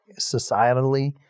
societally